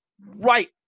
right